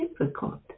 difficult